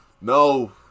No